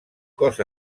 cos